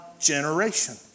generation